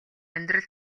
амьдрал